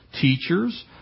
teachers